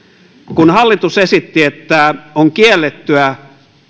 kun hallitus esitti että on kiellettyä